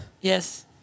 yes